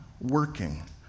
working